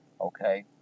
Okay